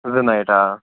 زٕ نایٹہٕ آ